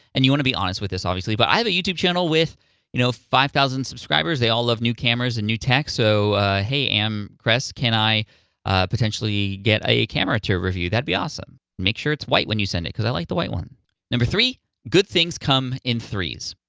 and you wanna be honest with this, obviously, but i have a youtube channel with you know five thousand subscribers. they all love new cameras and new tech, so hey amcrest, can i potentially get a camera to review? that'd be awesome, make sure it's white when you send it, because i like the white number three, good things come in threes.